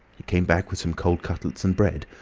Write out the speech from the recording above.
he came back with some cold cutlets and bread,